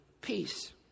peace